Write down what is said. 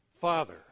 Father